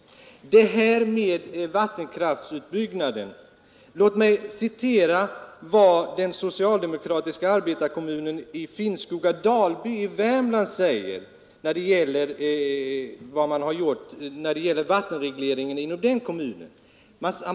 Vad beträffar utbyggnaden av vattenkraften vill jag citera vad den socialdemokratiska arbetarkommunen i Finnskoga-Dalby i Värmland säger när det gäller vattenregleringen inom den kommunen.